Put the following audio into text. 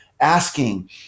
asking